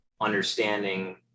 understanding